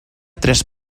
tres